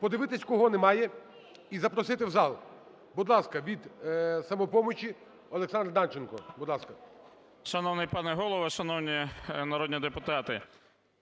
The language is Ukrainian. подивитись, кого немає і запросити в зал. Будь ласка, від "Самопомочі" Олександр Данченко. Будь ласка. 16:58:01 ДАНЧЕНКО О.І. Шановний пане Голово! Шановні народні депутати!